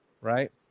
Right